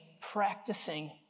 practicing